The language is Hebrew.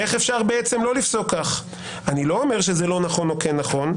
איך אפשר בעצם לא לפסוק כך?" אני לא אומר שזה לא נכון או כן נכון,